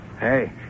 Hey